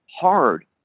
hard